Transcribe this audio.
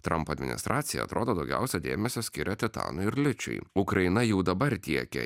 trampo administracija atrodo daugiausia dėmesio skiria titanui ir ličiui ukraina jau dabar tiekia